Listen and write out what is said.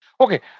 Okay